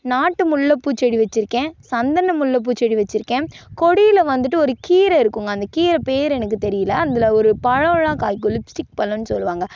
நாட்டு முல்லைப்பூச்செடி வெச்சுருக்கேன் சந்தன முல்லைப்பூச்செடி வெச்சுருக்கேன் கொடியில் வந்துட்டு ஒரு கீரை இருக்குதுங்க அந்த கீரை பேர் எனக்கு தெரியிலை அதில் ஒரு பழம்லாம் காய்க்கும் லிப்ஸ்டிக் பழம்னு சொல்லுவாங்க